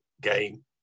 game